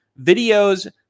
videos